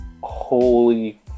holy